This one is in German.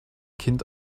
kind